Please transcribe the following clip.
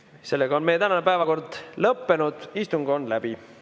kell 17.15. Meie tänane päevakord lõppenud, istung on läbi.